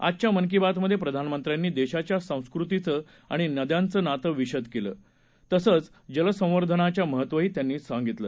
आजच्या मन की बातमधे प्रधानमंत्र्यांनी देशाच्या संस्कृतीचं आणि नद्यांचं नातं विषद केलं तसंच जलसंवर्धनाच्या महत्तही सांगितलं